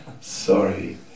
sorry